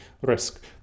risk